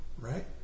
right